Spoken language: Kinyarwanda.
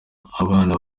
abana